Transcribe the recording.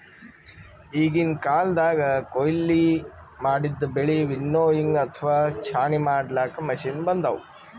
ಈಗಿನ್ ಕಾಲ್ದಗ್ ಕೊಯ್ಲಿ ಮಾಡಿದ್ದ್ ಬೆಳಿ ವಿನ್ನೋವಿಂಗ್ ಅಥವಾ ಛಾಣಿ ಮಾಡ್ಲಾಕ್ಕ್ ಮಷಿನ್ ಬಂದವ್